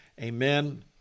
Amen